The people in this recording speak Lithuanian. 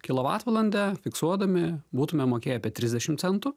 kilovatvalandė fiksuodami būtume mokėję apie trisdešim centų